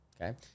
okay